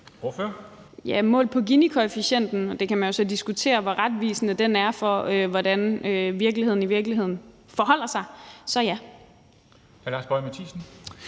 (EL) : Målt på Ginikoefficienten – og man kan jo så diskutere, hvor retvisende den er for, hvordan virkeligheden i virkeligheden forholder sig – er svaret